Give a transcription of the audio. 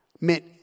meant